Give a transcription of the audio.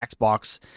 Xbox